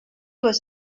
was